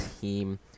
team